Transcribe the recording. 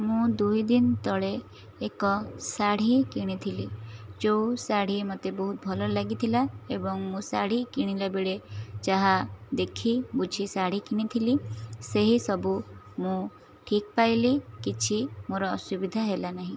ମୁଁ ଦୁଇ ଦିନ ତଳେ ଏକ ଶାଢ଼ୀ କିଣିଥିଲି ଯେଉଁ ଶାଢ଼ୀ ମୋତେ ବହୁତ ଭଲ ଲାଗିଥିଲା ଏବଂ ମୁଁ ଶାଢ଼ୀ କିଣିଲା ବେଳେ ଯାହା ଦେଖି ବୁଝି ଶାଢ଼ୀ କିଣିଥିଲି ସେହି ସବୁ ମୁଁ ଠିକ୍ ପାଇଲି କିଛି ମୋ'ର ଅସୁବିଧା ହେଲା ନାହିଁ